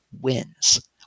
wins